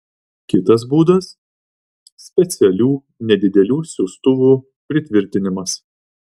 kitas būdas specialių nedidelių siųstuvų pritvirtinimas